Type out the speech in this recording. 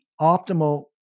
optimal